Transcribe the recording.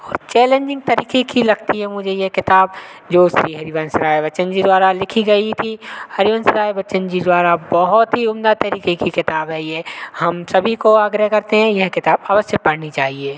और चैलेंजिंग तरीके की लगती है मुझे ये किताब जो श्री हरिवंशराय बच्चन जी द्वारा लिखी गई थी हरिवंशराय बच्चन जी द्वारा बहुत ही उम्दा तरीके की किताब है ये हम सभी को आग्रह करते हैं यह किताब अवश्य पढ़नी चाहिए